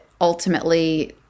ultimately